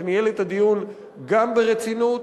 שניהל את הדיון גם ברצינות,